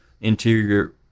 Interior